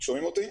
שומעים אותי?